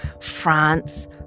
France